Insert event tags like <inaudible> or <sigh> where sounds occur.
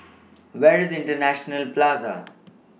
<noise> Where IS International Plaza